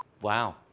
Wow